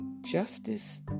justice